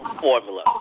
Formula